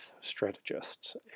strategists